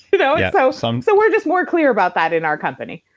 you know so some so we're just more clear about that in our company